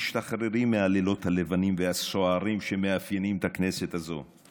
תשתחררי מהלילות הלבנים והסוערים שמאפיינים את הכנסת הזאת.